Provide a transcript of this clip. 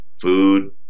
food